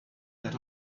that